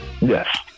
Yes